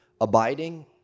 abiding